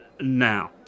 Now